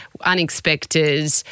unexpected